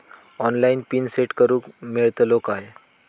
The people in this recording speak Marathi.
ऑनलाइन पिन सेट करूक मेलतलो काय?